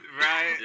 Right